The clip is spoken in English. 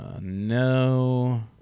No